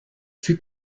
fut